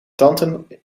tante